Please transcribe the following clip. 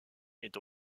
est